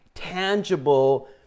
Tangible